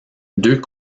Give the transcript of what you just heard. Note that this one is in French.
deux